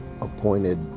appointed